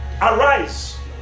Arise